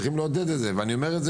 צריך לעודד דבר כזה, ואני אומר,